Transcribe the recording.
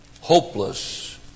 hopeless